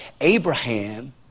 Abraham